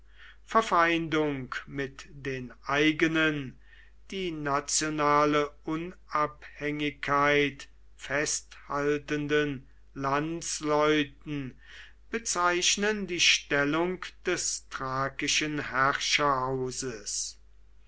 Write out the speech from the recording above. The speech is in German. verfeindung mit den eigenen die nationale unabhängigkeit festhaltenden landsleuten bezeichnen die stellung des thrakischen